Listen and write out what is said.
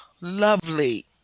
lovely